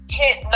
hit